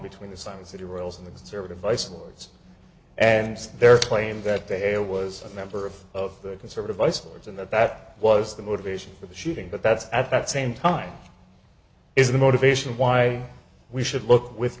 between the size of the royals in the conservative vice lords and so their claim that there was a member of the conservative eyesores and that that was the motivation for the shooting but that's at that same time is the motivation why we should look with